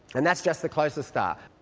and that's just the closest star.